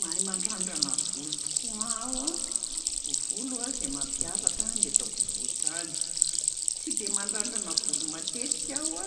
Mahay mandrandrana volo tokoa aho a, volo a zay mampiavaka ny eto ampovoan-tany. Tsy de mandrandrana volo matetika aho a